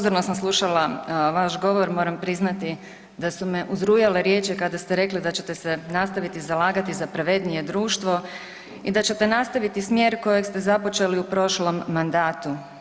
Pozorno sam slušala vaš govor, moram priznati da su me uzrujale riječi kada ste rekli da ćete se nastaviti zalagati za pravednije društvo i da ćete nastaviti smjer kojeg ste započeli u prošlom mandatu.